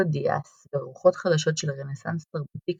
דיאס ורוחות חדשות של רנסאנס תרבותי,